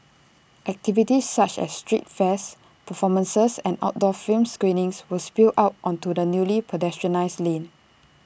activities such as street fairs performances and outdoor film screenings will spill out onto the newly pedestrianised lane